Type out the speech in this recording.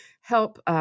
help